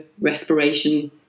respiration